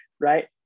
Right